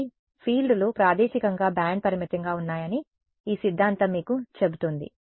కాబట్టి ఫీల్డ్లు ప్రాదేశికంగా బ్యాండ్ పరిమితంగా ఉన్నాయని ఈ సిద్ధాంతం మీకు చెబుతోంది